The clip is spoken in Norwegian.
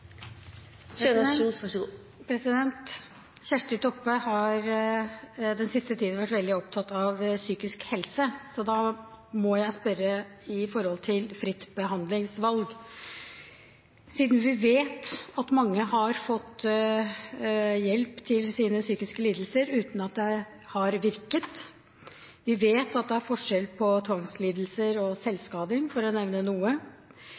da må jeg spørre om fritt behandlingsvalg, siden vi vet at mange har fått hjelp til sine psykiske lidelser uten at det har virket. Vi vet at det er forskjell på tvangslidelser og selvskading, for å nevne noe.